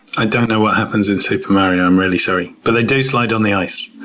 i don't know what happens in super mario. i'm really sorry. but they do slide on the ice.